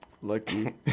Lucky